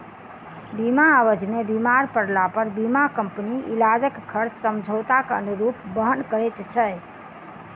बीमा अवधि मे बीमार पड़लापर बीमा कम्पनी इलाजक खर्च समझौताक अनुरूप वहन करैत छै